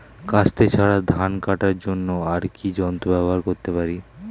কাস্তে ছাড়া ধান কাটার জন্য আর কি যন্ত্র ব্যবহার করতে পারি?